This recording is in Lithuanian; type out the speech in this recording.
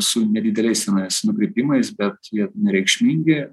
su nedideliais nukrypimais bet jie nereikšmingi